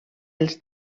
els